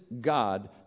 God